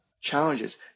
Challenges